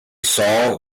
saw